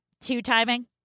two-timing